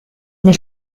nel